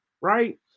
right